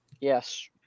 Yes